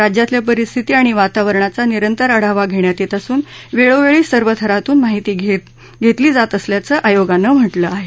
राज्यातल्या परिस्थिती आणि वातावरणाचा निरंतर आढावा घेण्यात येत असून वेळोवेळी सर्व थरातून माहिती घेतली जात असल्याचं आयोगानं म्हटलं आहे